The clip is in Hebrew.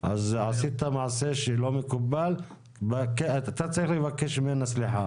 עשית מעשה שלא מקובל, אתה צריך לבקש ממנה סליחה.